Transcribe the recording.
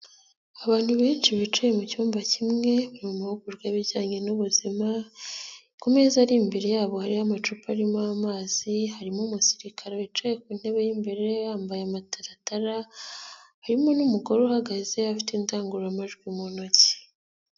Abantu benshi bicaye mu cyumba kimwe, mu mahugurwa y'ibijyanye n'ubuzima, ku meza ari imbere yabo hariho amacupa arimo amazi, harimo umusirikare wicaye ku ntebe y'imbere ye, yambaye amataratara, harimo n'umugore uhagaze afite indangururamajwi mu ntoki.